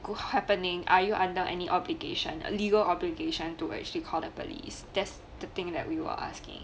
could happening are you under any obligation legal obligation to actually call the police that's the thing that we were asking